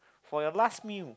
for your last meal